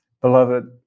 Beloved